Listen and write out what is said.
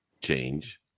change